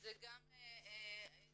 כשזה גם המשתתפים